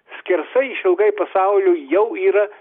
skersai išilgai pasaulių jau yra